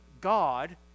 God